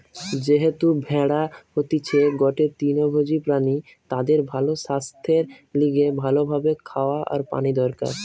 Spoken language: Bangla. যেহেতু ভেড়া হতিছে গটে তৃণভোজী প্রাণী তাদের ভালো সাস্থের লিগে ভালো ভাবে খাওয়া আর পানি দরকার